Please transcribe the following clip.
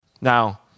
Now